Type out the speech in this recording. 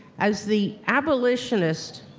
as the abolitionist,